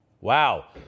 Wow